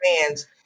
fans